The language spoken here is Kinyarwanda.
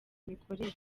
imikorere